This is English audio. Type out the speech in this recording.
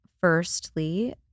firstly